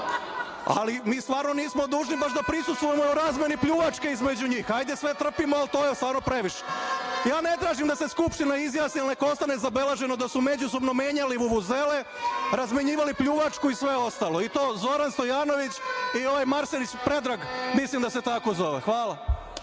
ali mi stvarno nismo dužni da baš prisustvujemo razmeni pljuvačke između njih, ajde sve trpimo, ali to je sada stvarno previše. Ne tražim da se Skupština izjasni ali neka ostane zabeleženo da su međusobno menjali vuvuzele, razmenjivali pljuvačku i sve ostalo i to Zoran Stojanović i Predrag Marsenić, mislim da se tako zove. Hvala